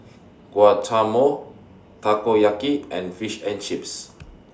Guacamole Takoyaki and Fish and Chips